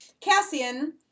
Cassian